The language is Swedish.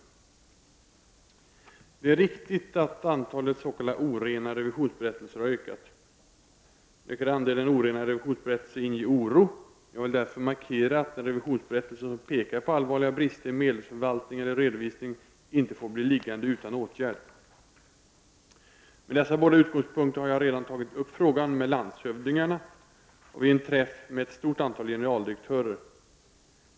Det är riktigt att antalet s.k. orena revisionsberättelser har ökat. Den ökade andelen orena revisionsberättelser inger oro. Jag vill därför markera att en revisionsberättelse som pekar på allvarliga brister i medelsförvaltning eller redovisning inte får bli liggande utan åtgärd. Med dessa båda utgångspunkter har jag redan tagit upp frågan med landshövdingarna och vid en träff med ett stort antal generaldirektörer.